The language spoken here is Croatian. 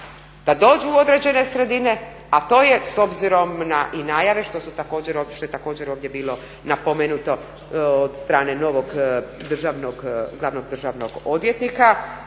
da dođu u određene sredine, a to je s obzirom na i najave što je također ovdje bilo napomenuto od strane novog državnog, glavnog državnog odvjetnika